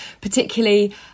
particularly